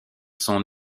son